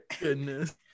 goodness